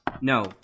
No